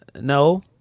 no